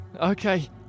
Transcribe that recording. Okay